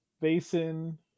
Basin